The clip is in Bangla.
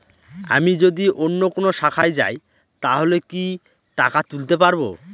আমি যদি অন্য কোনো শাখায় যাই তাহলে কি টাকা তুলতে পারব?